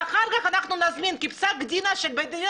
ואחר כך אנחנו נזמין כי פסק הדין של בית הדין